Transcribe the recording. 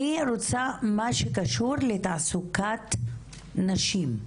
אני רוצה לשמוע את מה שקשור בתעסוקת נשים,